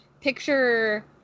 picture